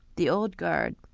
the old guard,